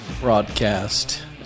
broadcast